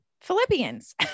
Philippians